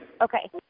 okay